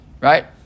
right